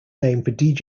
named